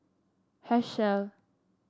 Herschel